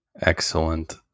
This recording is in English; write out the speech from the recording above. Excellent